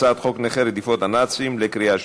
הצעת חוק נכי רדיפות הנאצים, קריאה שנייה,